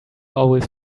always